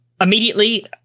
Immediately